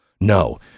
no